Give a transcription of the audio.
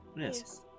yes